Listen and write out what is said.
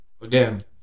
again